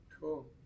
Cool